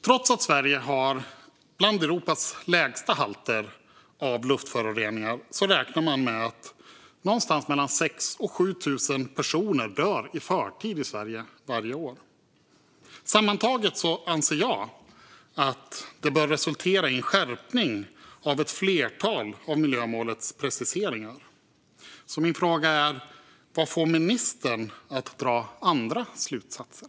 Trots att Sverige har bland Europas lägsta halter av luftföroreningar räknar man med att någonstans mellan 6 000 och 7 000 personer dör i förtid i Sverige varje år. Sammantaget anser jag att detta bör resultera i en skärpning av ett flertal av miljömålets preciseringar. Min fråga är: Vad får ministern att dra andra slutsatser?